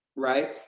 Right